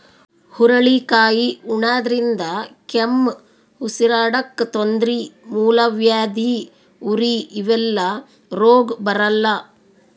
ಹುರಳಿಕಾಯಿ ಉಣಾದ್ರಿನ್ದ ಕೆಮ್ಮ್, ಉಸರಾಡಕ್ಕ್ ತೊಂದ್ರಿ, ಮೂಲವ್ಯಾಧಿ, ಉರಿ ಇವೆಲ್ಲ ರೋಗ್ ಬರಲ್ಲಾ